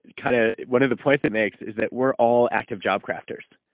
kind of one of the points it makes, is that, we're all active job crafters.